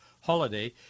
holiday